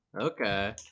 okay